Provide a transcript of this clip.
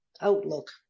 outlook